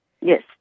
Yes